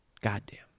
Goddamn